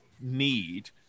need